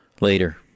Later